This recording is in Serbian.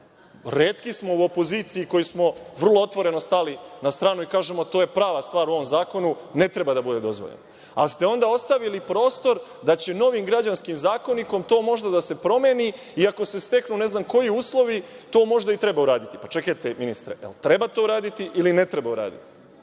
Retki smo u opoziciji koji smo vrlo otvoreno stali na stranu i kažemo da je to prava stvar u ovom zakonu i ne treba da bude dozvoljeno. Ali, onda ste ostavili prostor da će novim građanskim zakonikom to možda da se promeni i, ako ste steknu ne znam koji uslovi, to možda i treba uraditi. Čekajte, ministre, jel treba to uraditi ili ne treba uraditi?